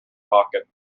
pocket